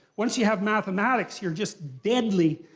once you have mathematics, you're just deadly.